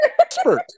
Expert